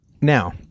now